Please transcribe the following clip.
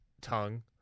tongue